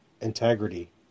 integrity